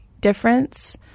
difference